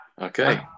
Okay